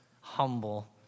humble